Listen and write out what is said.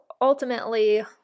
ultimately